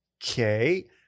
okay